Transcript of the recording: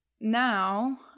now